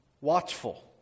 watchful